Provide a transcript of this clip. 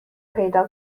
پیدا